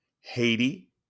Haiti